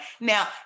Now